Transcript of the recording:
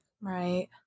right